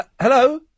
Hello